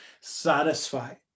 satisfied